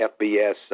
FBS